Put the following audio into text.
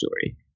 story